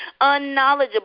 unknowledgeable